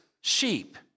sheep